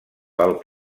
pel